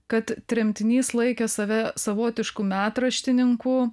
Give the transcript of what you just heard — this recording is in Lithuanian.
kad tremtinys laikė save savotišku metraštininku